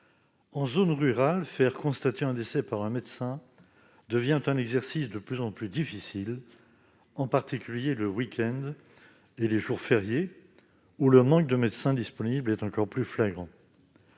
En zone rurale, faire constater un décès par un médecin devient un exercice de plus en plus difficile, en particulier le week-end et les jours fériés, où le manque de médecins disponibles est encore plus flagrant.